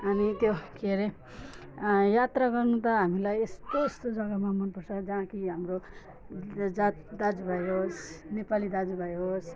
अनि त्यो के अरे यात्रा गर्नु त हामीलाई यस्तो यस्तो जग्गामा मनपर्छ जहाँ कि हाम्रो जात दाजुभाइ होस् नेपाली दाजुभाइ होस्